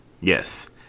Yes